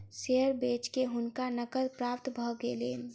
share बेच के हुनका नकद प्राप्त भ गेलैन